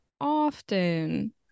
often